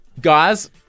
Guys